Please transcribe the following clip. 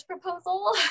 proposal